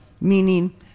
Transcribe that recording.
meaning